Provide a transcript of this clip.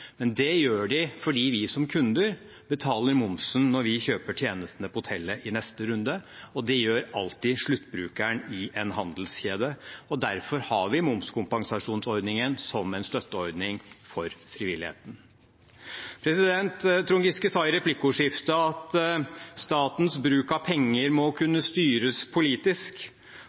men det gjør de fordi vi som kunder betaler momsen når vi kjøper tjenestene på hotellet i neste runde. Det gjør alltid sluttbrukeren i en handelskjede, og derfor har vi momskompensasjonsordningen som en støtteordning for frivilligheten. Trond Giske sa i replikkordskiftet at statens bruk av penger må kunne styres politisk.